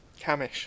Camish